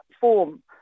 form